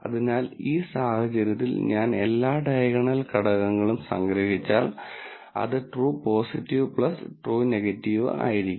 അതിനാൽ ഈ സാഹചര്യത്തിൽ ഞാൻ എല്ലാ ഡയഗണൽ ഘടകങ്ങളും സംഗ്രഹിച്ചാൽ അത് ട്രൂ പോസിറ്റീവ് ട്രൂ നെഗറ്റീവ് ആയിരിക്കും